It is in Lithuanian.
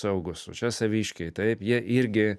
saugūs o čia saviškiai taip jie irgi